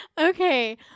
Okay